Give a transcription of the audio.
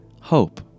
hope